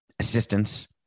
Assistance